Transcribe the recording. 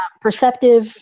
perceptive